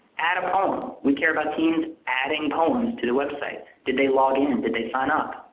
add a poem. we care about teens adding poems to the website. did they login? and did they sign up?